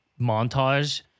montage